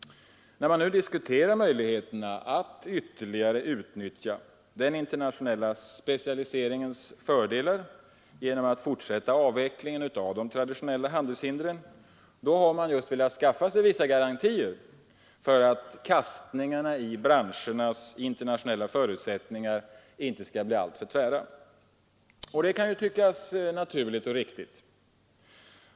När man nu diskuterar möjligheterna att ytterligare utnyttja den internationella specialiseringens fördelar genom att fortsätta avvecklingen av de traditionella handelshindren, har man velat skaffa sig vissa garantier för att kastningarna i branschernas internationella förutsättningar inte skall bli alltför tvära. Detta kan tyckas vara naturligt och riktigt.